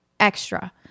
Extra